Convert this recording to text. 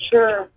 Sure